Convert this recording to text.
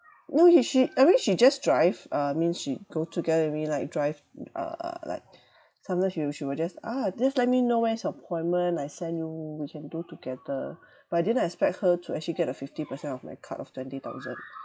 no he she I mean she just drive uh means she go together with me like drive uh uh like sometimes she will she will just ah just let me know where's your appointment I send you we can do together but I didn't expect her to actually get a fifty percent of my cut of twenty thousand